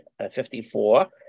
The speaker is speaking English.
54